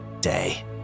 day